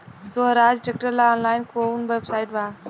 सोहराज tractor ला online कोउन website बा?